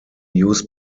used